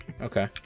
Okay